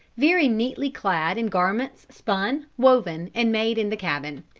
very neatly clad in garments spun, woven, and made in the cabin.